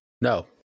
no